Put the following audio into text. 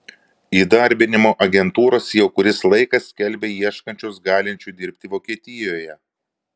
įdarbinimo agentūros jau kuris laikas skelbia ieškančios galinčių dirbti vokietijoje